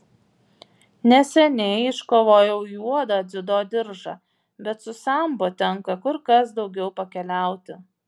neseniai iškovojau juodą dziudo diržą bet su sambo tenka kur kas daugiau pakeliauti